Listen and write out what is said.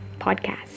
podcast